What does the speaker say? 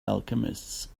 alchemists